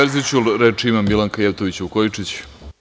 Reč ima Milanka Jevtović Vukojičić.